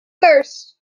thirst